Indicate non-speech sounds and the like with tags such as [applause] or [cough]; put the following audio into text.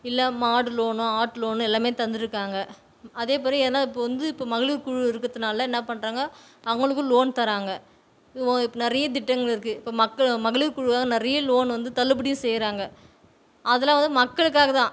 இல்லை மாடு லோனோ ஆட்டு லோனு எல்லாமே தந்துருக்காங்க அதே மாதிரி எதனா இப்போ வந்து இப்போ மகளிர் குழு இருக்கிறத்துனால என்ன பண்றாங்க அவங்களுக்கும் லோன் தர்றாங்க இது [unintelligible] நிறைய திட்டங்கள் இருக்குது இப்போ மக்களை மகளிர் குழுவால் நிறைய லோன் வந்து தள்ளுபடியும் செய்கிறாங்க அதெல்லாம் வந்து மக்களுக்காக தான்